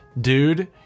dude